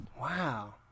Wow